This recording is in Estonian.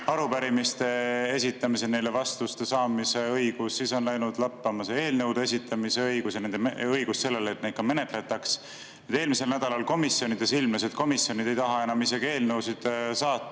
arupärimiste esitamise ja neile vastuste saamise õigus, siis on läinud lappama eelnõude esitamise õigus ja õigus sellele, et neid ka menetletaks. Eelmisel nädalal komisjonides ilmnes, et komisjonid ei taha enam eelnõusid saata